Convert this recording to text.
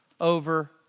over